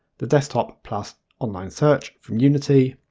the desktop plus online search from unity,